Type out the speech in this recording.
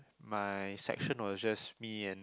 my section was just me and